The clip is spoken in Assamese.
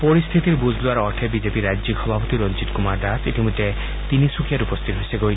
পৰিস্থিতিৰ বুজ লোৱাৰ অৰ্থে বিজেপিৰ ৰাজ্যিক সভাপতি ৰঞ্জিত কুমাৰ দাস ইতিমধ্যে তিনিচুকীয়াত উপস্থিত হৈছেগৈ